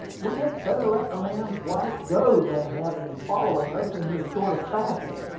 we had better let the man's wife go than have him following us in this sort of fashion.